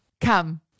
Come